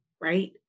right